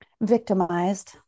Victimized